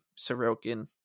Sorokin